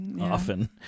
Often